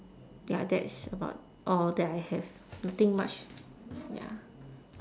ya that's about all that I have nothing much wait ah